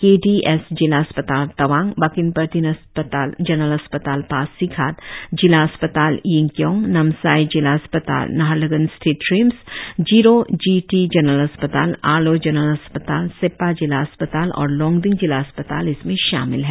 के D S जिला अस्पताल तवांग बाकिन पार्टिन जनरल अस्पताल पासीघाट जिला अस्पताल यिंगकियोंग नामसाई जिला अस्पताल नाहरलगुन स्थित TRIMS Ziro G T general अस्पताल आलो जनरल अस्पताल सेप्पा जिला अस्पताल और लोंगडिंग जिला अस्पताल इसमें शामिल है